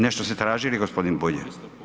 Nešto ste tražili gospodine Bulj?